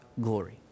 glory